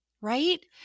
right